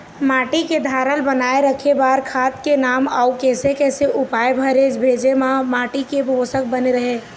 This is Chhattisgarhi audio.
माटी के धारल बनाए रखे बार खाद के नाम अउ कैसे कैसे उपाय करें भेजे मा माटी के पोषक बने रहे?